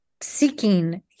seeking